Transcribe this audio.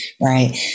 right